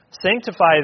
Sanctify